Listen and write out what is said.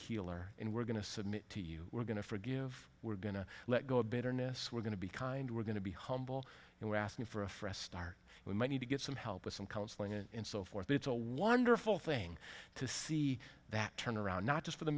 healer and we're going to submit to you we're going to forgive we're going to let go of bitterness we're going to be kind we're going to be humble and we're asking for a fresh start we might need to get some help with some counseling and so forth it's a wonderful thing to see that turn around not just for the